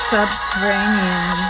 Subterranean